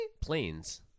Planes